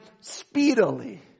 speedily